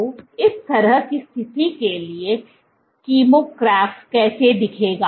तो इस तरह की स्थिति के लिए किमोग्राफ कैसा दिखेगा